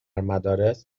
مدارس